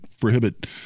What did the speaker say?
prohibit